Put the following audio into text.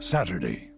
Saturday